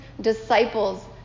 disciples